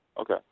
Okay